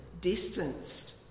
distanced